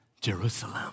Jerusalem